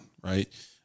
right